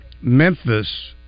Memphis